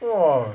!wah!